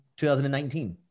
2019